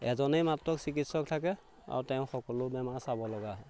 এজনেই মাত্ৰ চিকিৎসক থাকে আৰু তেওঁ সকলো বেমাৰ চাব লগা হয়